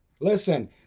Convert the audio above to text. listen